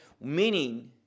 meaning